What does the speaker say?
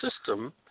system